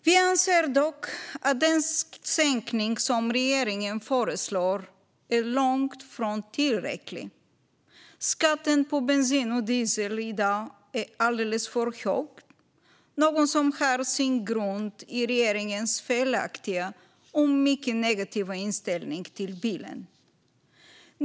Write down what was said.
Vi anser dock att den sänkning som regeringen föreslår är långt ifrån tillräcklig. Skatten på bensin och diesel är i dag alldeles för hög. Det är något som har sin grund i regeringens felaktiga och mycket negativa inställning till bilen.